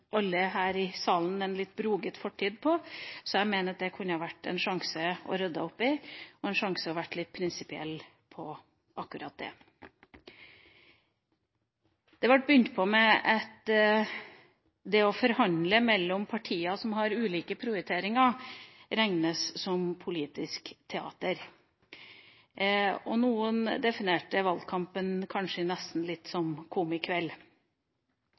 alle her i salen en litt broket fortid på, så jeg mener at dette kunne vært en sjanse til å rydde opp i det, og en sjanse til å være litt prinsipielle på akkurat det. Det ble begynt med at det å forhandle mellom partier som har ulike prioriteringer, regnes som politisk teater. Noen definerte valgkampen som nesten litt